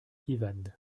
ivan